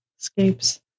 escapes